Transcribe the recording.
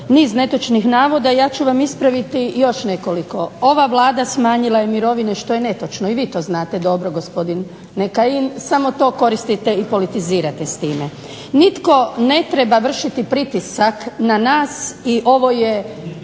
niz netočnih navoda, ja ću vam ispraviti još nekoliko. Ova Vlada smanjila je mirovine što je netočno, i vi to znate dobro gospodine Kajin, samo to koristite i politizirate s time. Nitko ne treba vršiti pritisak na nas i ovo je